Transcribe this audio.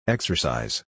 Exercise